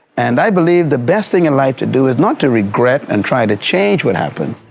and i believe the best thing in life to do is not to regret and try to change what happened,